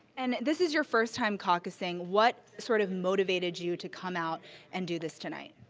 and this is your first time caucusing. what sort of motivated you to come out and do this tonight?